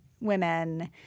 women